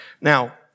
Now